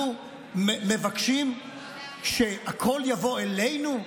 אנחנו מבקשים שהכול יבוא אלינו?